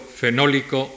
fenólico